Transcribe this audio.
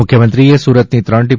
મુખ્યમંત્રીએ સુરતની ત્રણ ટી